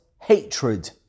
hatred